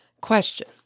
Question